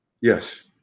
Yes